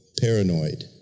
paranoid